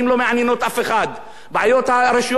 בעיות הרשויות המקומיות לא מעניינות אף אחד.